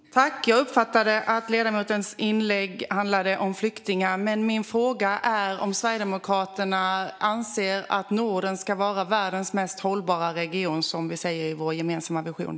Fru talman! Jag uppfattade att ledamotens inlägg handlade om flyktingar. Men min fråga är om Sverigedemokraterna anser att Norden ska vara världens mest hållbara region, som vi säger i vår gemensamma vision.